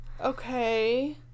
Okay